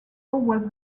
was